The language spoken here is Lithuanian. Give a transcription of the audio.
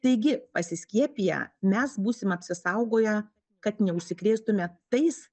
taigi pasiskiepiję mes būsim apsisaugoję kad neužsikrėstume tais